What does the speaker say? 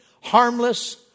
harmless